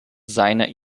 seiner